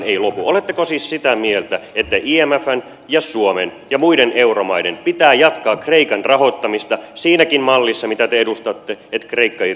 oletteko siis sitä mieltä että imfn ja suomen ja muiden euromaiden pitää jatkaa kreikan rahoittamista siinäkin mallissa mitä te edustatte että kreikka irti drakmasta